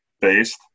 based